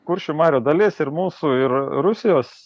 kuršių marių dalis ir mūsų ir rusijos